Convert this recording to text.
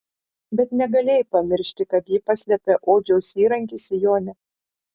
bet negalėjai pamiršti kad ji paslėpė odžiaus įrankį sijone